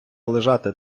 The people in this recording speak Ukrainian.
лежати